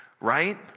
right